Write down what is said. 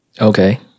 Okay